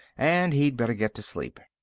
and he'd better get to sleep.